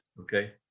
Okay